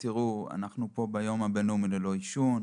תראו, אנחנו ביום הבינלאומי ללא עישון.